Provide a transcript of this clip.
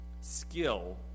skill